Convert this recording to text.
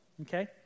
okay